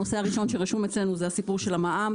הנושא הראשון שרשום אצלנו הוא הסיפור של המע"מ.